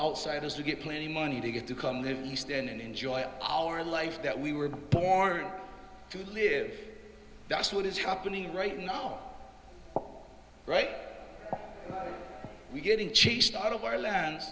outsiders we get plenty money to get to come live east and enjoy our life that we were born to live that's what is happening right now right we getting chased out of our land